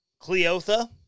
Cleotha